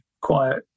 quiet